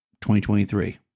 2023